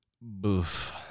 Boof